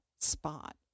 spot